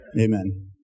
Amen